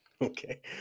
Okay